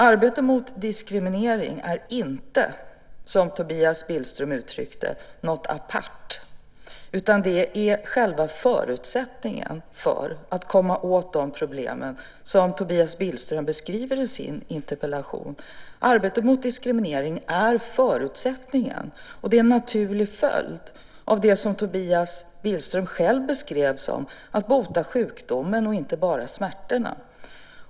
Arbetet mot diskriminering är inte, som Tobias Billström uttryckte det, något apart, utan det är själva förutsättningen för att komma åt de problem som han beskriver i sin interpellation. Arbetet mot diskriminering är förutsättningen, och det är en naturlig följd av det som Tobias Billström själv beskrev, nämligen att vi måste bota sjukdomen och inte bara lindra smärtorna.